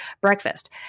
breakfast